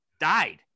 died